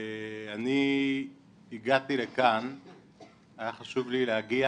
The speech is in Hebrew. אני הגעתי לכאן, היה חשוב לי להגיע